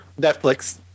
Netflix